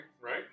right